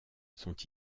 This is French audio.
sont